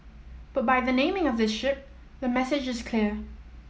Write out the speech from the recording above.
but by the naming of this ship the message is clear